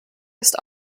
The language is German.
ist